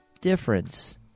difference